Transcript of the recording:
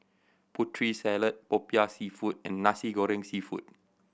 Putri Salad Popiah Seafood and Nasi Goreng Seafood